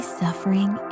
suffering